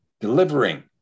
delivering